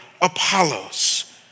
Apollos